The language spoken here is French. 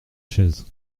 chaise